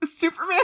Superman